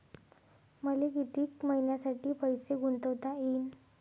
मले कितीक मईन्यासाठी पैसे गुंतवता येईन?